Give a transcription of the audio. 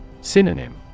Synonym